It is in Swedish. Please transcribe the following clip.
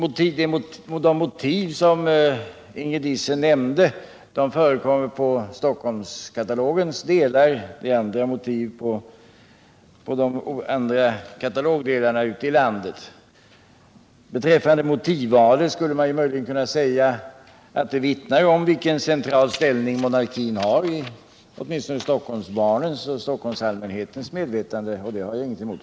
1 De motiv som Ingrid Diesen nämnde förekommer på Stockholmskatalogens delar. Det är andra motiv på de övriga katalogdelarna ute i landet. Beträffande motivvalen skulle man möjligen kunna säga att de vittnar om vilken central ställning monarkin har i åtminstone Stockholmsbarnens och Stockholmsallmänhetens medvetande. Det har jag inget emot.